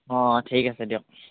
অঁ ঠিক আছে দিয়ক